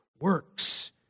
works